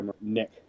nick